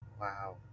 Wow